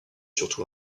surtout